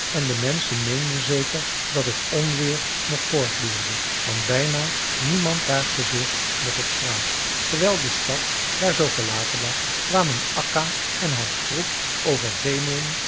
en de menschen meenden zeker dat het onweer nog voortduurde want bijna niemand waagde zich nog op straat terwijl de stad daar zoo verlaten lag kwamen akka en haar troep over